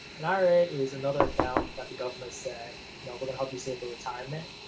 an ira is another account that the government said, you know, we're gonna help you save for retirement.